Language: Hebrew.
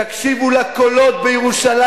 תקשיבו לקולות בירושלים.